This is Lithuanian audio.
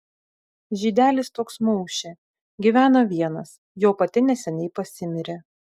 žydelis toks maušė gyvena vienas jo pati neseniai pasimirė